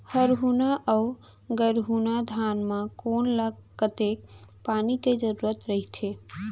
हरहुना अऊ गरहुना धान म कोन ला कतेक पानी के जरूरत रहिथे?